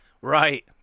Right